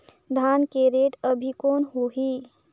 धान के रेट अभी कौन होही?